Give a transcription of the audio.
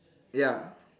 ya